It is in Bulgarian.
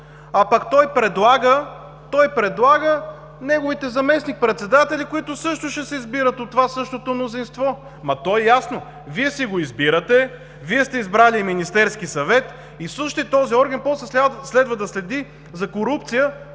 а пък той предлага неговите заместник-председатели, които също ще се избират от това същото мнозинство. То е ясно, че Вие си го избирате. Вие сте избрали Министерски съвет и същият този орган после следва да следи за корупция